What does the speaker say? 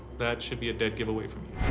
that should be a dead giveaway for me.